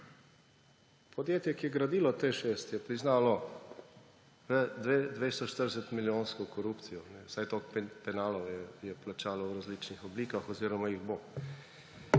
Podjetje, ki je gradilo TEŠ6, je priznalo 240-milijonsko korupcijo, vsaj toliko penalov je plačalo v različnih oblikah oziroma jih bo.